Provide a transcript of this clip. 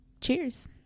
Cheers